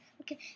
Okay